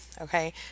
okay